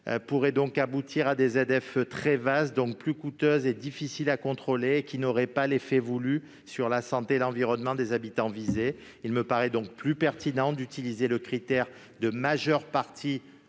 pourrait donc aboutir à la création de ZFE très vastes, donc plus coûteuses et difficiles à contrôler, qui ne produiraient pas l'effet voulu sur la santé et l'environnement des habitants concernés. Il me paraît donc plus pertinent de retenir le critère de « majeure partie